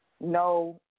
no